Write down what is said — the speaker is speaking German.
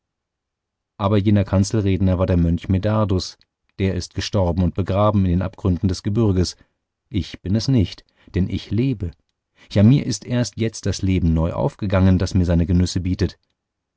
aber jener kanzelredner war der mönch medardus der ist gestorben und begraben in den abgründen des gebürges ich bin es nicht denn ich lebe ja mir ist erst jetzt das leben neu aufgegangen das mir seine genüsse bietet